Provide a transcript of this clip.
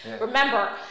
remember